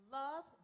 love